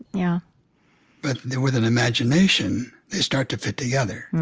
yeah but then with an imagination, they start to fit together.